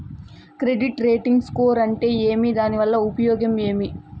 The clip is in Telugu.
క్రెడిట్ రేటింగ్ స్కోరు అంటే ఏమి దాని వల్ల ఉపయోగం ఏమి?